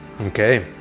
Okay